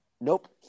Nope